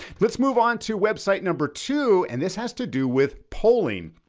let's move on to website number two. and this has to do with polling.